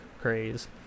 craze